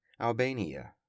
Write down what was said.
Albania